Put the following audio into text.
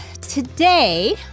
today